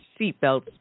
seatbelts